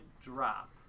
drop